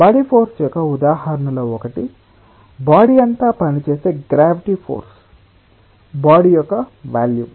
body force యొక్క ఉదాహరణలలో ఒకటి బాడీ అoతా పనిచేసే గ్రావిటీ ఫోర్స్ బాడీ యొక్క వాల్యూమ్